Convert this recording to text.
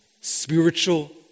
spiritual